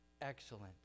Excellent